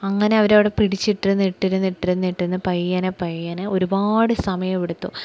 അങ്ങനെ അവരവിടെ പിടിച്ചിട്ടിരുന്നിട്ടിരുന്നിട്ടിരുന്നിട്ടിരുന്ന് പയ്യ പയ്യ ഒരുപാട് സമയമെടുത്തു